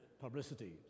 publicity